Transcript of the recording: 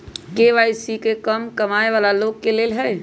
KYC का कम कमाये वाला लोग के लेल है?